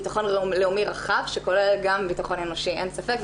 בטחון לאומי רחב שכולל גם בטחון אנושי, אין ספק.